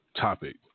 topic